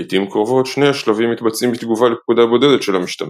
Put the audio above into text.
לעיתים קרובות שני השלבים מתבצעים בתגובה לפקודה בודדת של המשתמש,